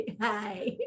hi